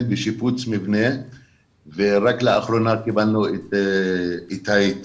בשיפוץ מבנה ורק לאחרונה קיבלנו את ההיתר.